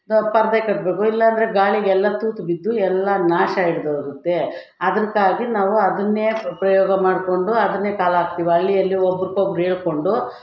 ನಾವು ಪರದೆ ಕಟ್ಟಬೇಕು ಇಲ್ಲಾಂದ್ರೆ ಗಾಳಿಗೆಲ್ಲ ತೂತು ಬಿದ್ದು ಎಲ್ಲ ನಾಶ ಹಿಡ್ದೋಗುತ್ತೆ ಅದಕ್ಕಾಗಿ ನಾವು ಅದನ್ನೇ ಪ್ರಯೋಗ ಮಾಡಿಕೊಂಡು ಅದನ್ನೇ ಕಾಲ ಹಾಕ್ತೀವಿ ಅಲ್ಲಿ ಎಲ್ಲಿ ಒಬ್ರಿಗೊಬ್ರು ಹೇಳ್ಕೊಂಡು